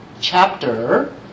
chapter